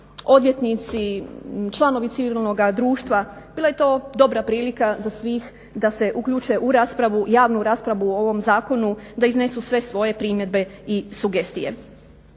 odvjetnici, članovi civilnog društva. Bila je to dobra prilika za sve da se uključe u raspravu, javnu raspravu o ovom zakonu, da iznesu sve svoje primjedbe i sugestije.